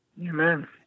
Amen